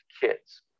kids